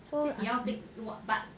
so I think